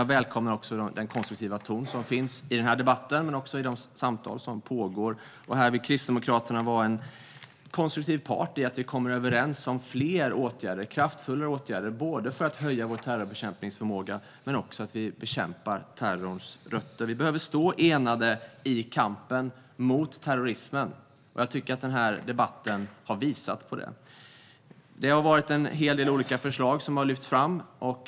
Jag välkomnar också den konstruktiva ton som finns i den här debatten men även i de samtal som pågår. Där vill Kristdemokraterna vara en konstruktiv part i att vi kommer överens om fler åtgärder, kraftfullare åtgärder, för att höja vår terrorbekämpningsförmåga men också bekämpa terrorns rötter. Vi behöver stå enade i kampen mot terrorismen; jag tycker att den här debatten har visat på det. En hel del olika förslag har lyfts fram.